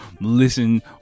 listen